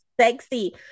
Sexy